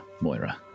Moira